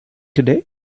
today